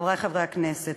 חברי חברי הכנסת,